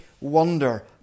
wonder